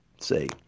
See